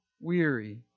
weary